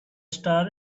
star